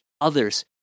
others